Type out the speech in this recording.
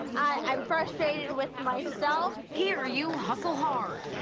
i'm frustrated with myself here you hustle hard.